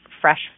fresh